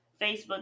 Facebook